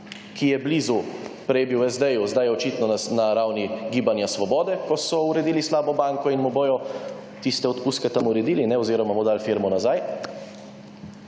ki je blizu – prej je bil SD-ju, zdaj je očitno na ravni Gibanja Svoboda, ko so uredili slabo banko in mu bodo tiste odpustke tam uredili oziroma mu dali firmo nazaj